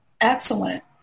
excellent